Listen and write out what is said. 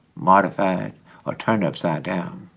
modified or turned upside down,